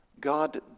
God